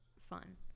fun